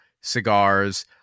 cigars